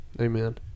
Amen